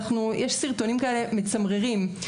יש סרטונים כאלה מצמררים.